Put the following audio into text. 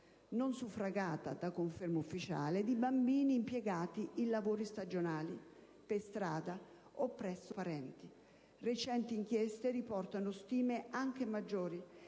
non suffragata da conferme ufficiali, bambini impiegati in lavori stagionali, per strada o presso parenti. Recenti inchieste riportano stime anche superiori,